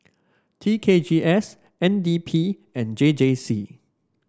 T K G S N D P and J J C